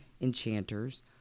enchanters